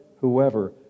whoever